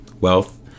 wealth